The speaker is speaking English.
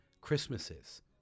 christmases